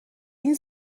این